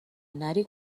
نری